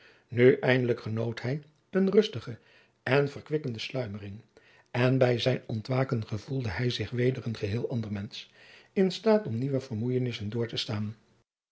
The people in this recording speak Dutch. nu eindelijk genoot hij eene rustige en verkwikkende sluimering en bij zijn ontwaken gevoelde hij zich weder een geheel ander mensch in staat om nieuwe vermoeienissen door te staan